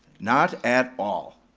not at all.